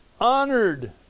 honored